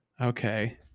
Okay